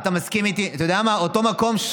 אתה יודע מה, אותו מקום,